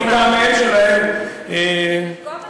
מטעמיהן שלהן,